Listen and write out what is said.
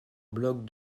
blog